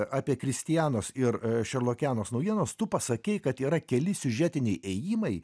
apie kristianos ir šerlokianos naujienas tu pasakei kad yra keli siužetiniai ėjimai